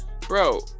bro